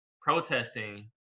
protesting